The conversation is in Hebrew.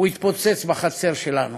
הוא יתפוצץ בחצר שלנו.